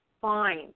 fine